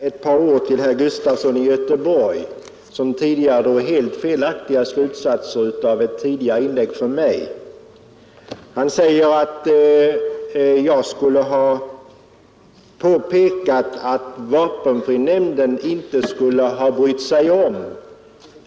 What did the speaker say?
Herr talman! Jag vill gärna säga ett par ord till herr Gustafson i Göteborg som tidigare drog helt felaktiga slutsatser av ett inlägg från mig. Han sade att jag skulle ha påpekat att vapenfrinämnden inte skulle ha brytt sig om